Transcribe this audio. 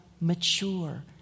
mature